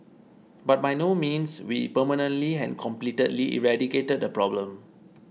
but by no means we permanently and completely eradicated the problem